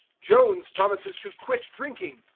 jones promises to quit drinking.